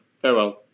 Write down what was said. Farewell